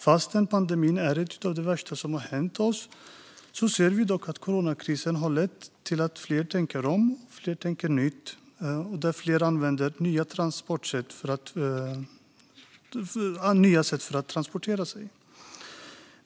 Fastän pandemin är något av det värsta som hänt oss ser vi dock att coronakrisen har lett till att fler tänker om och tänker nytt och att fler använder nya sätt att transportera sig.